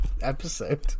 episode